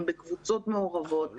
הם בקבוצות מעורבות,